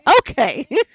Okay